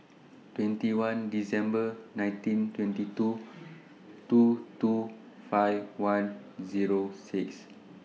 twenty one December nineteen twenty two two two five one Zero six